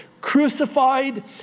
crucified